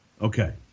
Okay